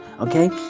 okay